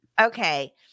Okay